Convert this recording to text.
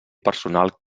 personal